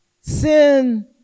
Sin